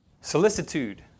Solicitude